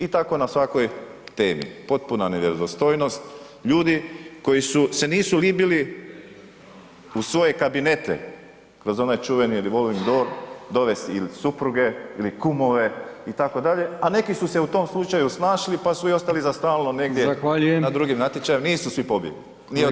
I tako na svakoj temi, potpuna nevjerodostojnost, ljudi koji su, se nisu libili u svoje kabinete kroz onaj čuveni revolvin door dovesti ili supruge ili kumove itd., a neki su se u tom slučaju snašli pa su i ostali za stalno negdje [[Upadica: Zahvaljujem…]] na drugim natječajima, nisu svi pobjegli ni otišli.